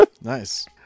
Nice